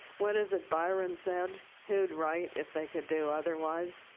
what is it byron said? who'd write if they could do otherwise?